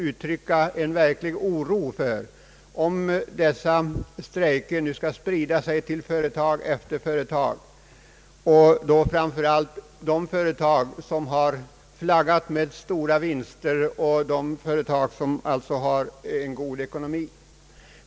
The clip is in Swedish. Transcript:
Det är verkligen oroande om dessa strejker skall sprida sig till företag efter företag och då framför allt till sådana som flaggat med stora vinster och alltså har en god ekonomi.